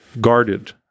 guarded